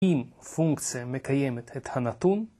אם פונקציה מקיימת את הנתון